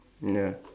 ya